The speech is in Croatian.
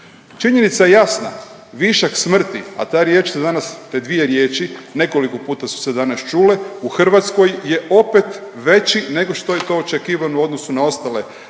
riječ se danas, te dvije riječi, nekoliko puta su se danas čule u Hrvatskoj je opet veći nego što je to očekivano u odnosu na ostale zemlje